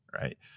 right